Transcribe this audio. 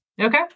okay